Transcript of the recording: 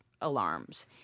alarms